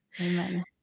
Amen